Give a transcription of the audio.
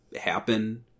happen